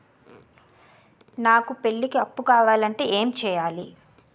నాకు పెళ్లికి అప్పు కావాలంటే ఏం చేయాలి?